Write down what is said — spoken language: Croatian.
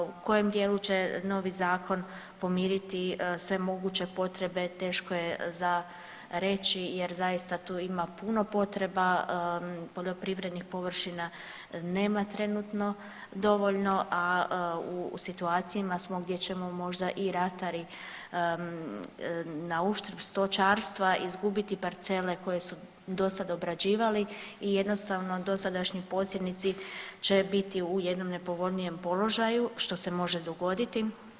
U kojem dijelu će novi zakon pomiriti sve moguće potrebe teško je za reći jer zaista tu ima puno potreba poljoprivrednih površina nema trenutno dovoljno, a u situaciji smo gdje ćemo možda i ratari nauštrb stočarstva izgubiti parcele koje dosada obrađivali i jednostavno dosadašnji posjednici će biti u jednom nepovoljnijem položaju što se može dogoditi.